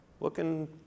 looking